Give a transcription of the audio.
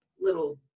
little